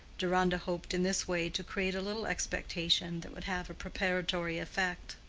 deronda hoped in this way to create a little expectation that would have a preparatory effect.